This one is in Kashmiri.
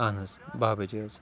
اہن حظ بہہ بجے حٕظ